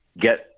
get